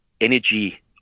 energy